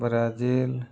Brazil